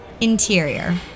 interior